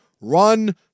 Run